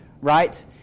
right